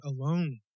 alone